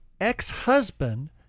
ex-husband